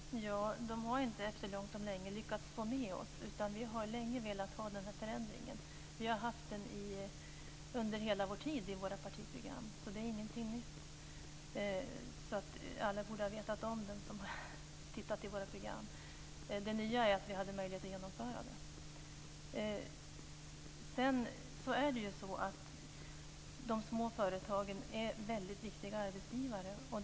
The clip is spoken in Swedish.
Fru talman! Det handlar inte om att de borgerliga efter långt om länge har lyckats att få med oss, utan vi har länge velat ha den här förändringen. Vi har haft ett sådant förslag i vårt partiprogram hela tiden, så det är ingenting nytt. Alla som har läst vårt program borde ha vetat om det. Det nya är att vi nu har möjlighet att genomföra detta förslag. De små företagen är väldigt viktiga arbetsgivare.